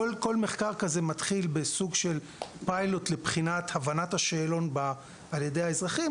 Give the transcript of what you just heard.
כל מחקר כזה מתחיל בסוג של פיילוט לבחינת הבנת השאלון על ידי האזרחים,